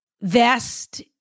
vest